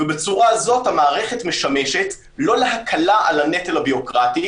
בצורה הזאת המערכת משמשת לא להקלה על הנטל הבירוקרטיה,